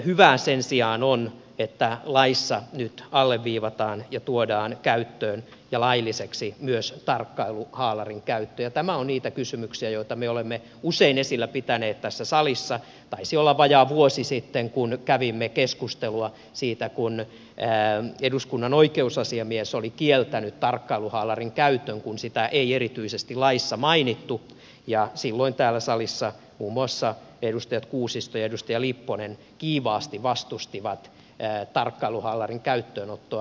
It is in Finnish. hyvää sen sijaan on että laissa nyt alleviivataan ja tuodaan käyttöön ja lailliseksi myös tarkkailuhaalarin käyttö ja tämä on niitä kysymyksiä joita me olemme usein esillä pitäneet tässä salissa taisi olla vajaa vuosi sitten kun kävimme keskustelua siitä kun eduskunnan oikeusasiamies oli kieltänyt tarkkailuhaalarin käytön kun sitä ei erityisesti laissa mainittu ja silloin täällä salissa muun muassa edustaja kuusisto ja edustaja lipponen kiivaasti vastustivat tarkkailuhaalarin käyttöönottoa